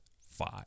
five